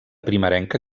primerenca